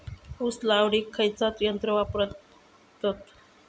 ऊस लावडीक खयचा यंत्र जास्त वापरतत?